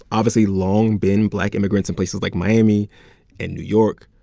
obviously, long been black immigrants in places like miami and new york.